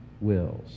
wills